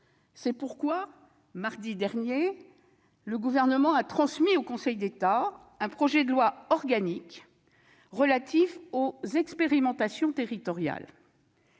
Aussi, mardi dernier, le Gouvernement a transmis au Conseil d'État un projet de loi organique relatif aux expérimentations territoriales.